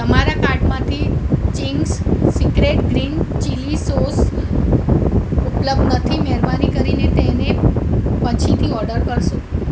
તમારા કાર્ટમાંથી Ching's secret green chilli sauce ઉપલબ્ધ નથી મહેરબાની કરીને તેને પછીથી ઓર્ડર કરશો